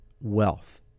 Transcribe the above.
wealth